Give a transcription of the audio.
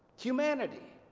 humanity.